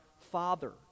Father